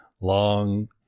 long